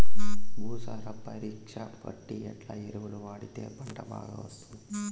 భూసార పరీక్ష బట్టి ఎట్లా ఎరువులు వాడితే పంట బాగా వస్తుంది?